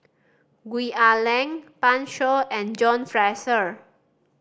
Gwee Ah Leng Pan Shou and John Fraser